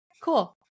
cool